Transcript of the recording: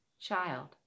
child